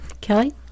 Kelly